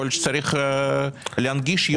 יכול להיות שצריך להנגיש את זה יותר.